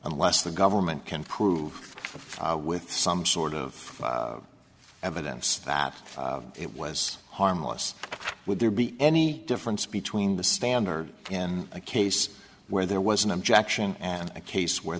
unless the government can prove with some sort of evidence that it was harmless would there be any difference between the stammer and a case where there was an objection and a case where